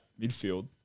midfield